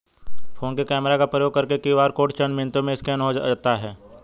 phone के camera का प्रयोग करके क्यू.आर कोड चंद मिनटों में स्कैन हो जाता है